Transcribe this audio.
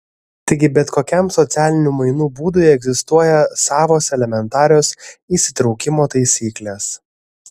taigi bet kokiam socialinių mainų būdui egzistuoja savos elementarios įsitraukimo taisyklės